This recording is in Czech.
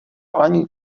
ani